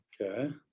Okay